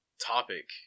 topic